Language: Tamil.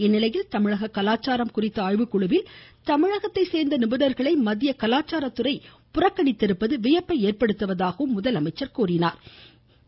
இந்நிலையில் தமிழக கலாச்சாரம் குறித்த ஆய்வுக்குழுவில் தமிழகத்தை சேர்ந்த நிபுணர்களை மத்திய கலாச்சாரத்துறை புறக்கணித்திருப்பது வியப்பை ஏற்படுத்துவதாக அவர் கூறியுள்ளார்